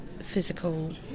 physical